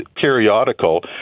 periodical